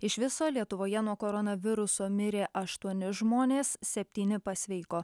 iš viso lietuvoje nuo koronaviruso mirė aštuoni žmonės septyni pasveiko